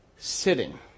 Sitting